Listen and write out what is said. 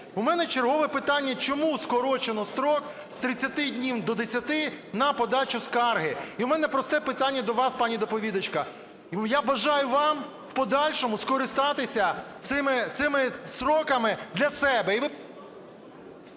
У мене чергове питання: чому скорочено строк з 30 днів до 10 на подачу скарги? І у мене просте питання до вас, пані доповідачка. Я бажаю вам в подальшому скористатися цими строками для себе.